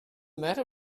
matter